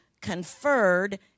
conferred